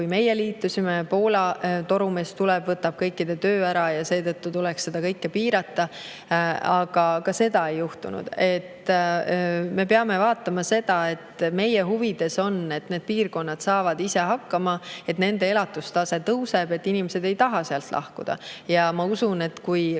kui meie liitusime: Poola torumees tuleb, võtab kõikide töö ära ja seetõttu tuleks liitumist piirata. Aga ka seda ei juhtunud. Me peame silmas pidama seda, mis meie huvides on: et need piirkonnad saaksid ise hakkama, et nende elatustase tõuseks, et inimesed ei tahaks sealt lahkuda. Ma usun, et kui